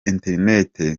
internet